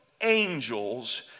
angels